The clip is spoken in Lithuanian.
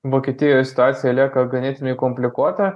vokietijoj situacija lieka ganėtinai komplikuota